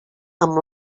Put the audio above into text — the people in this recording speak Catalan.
amb